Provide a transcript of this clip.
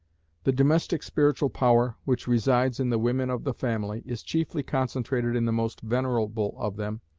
the domestic spiritual power, which resides in the women of the family, is chiefly concentrated in the most venerable of them,